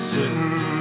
Sitting